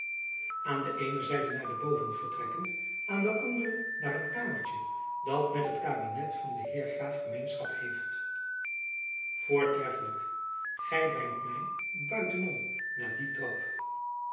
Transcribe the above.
aan de eene zijde naar de boven vertrekken aan de andere naar een kamertjen dat met het kabinet van den heer graaf gemeenschap heeft voortreffelijk gy brengt my buiten om naar dien trap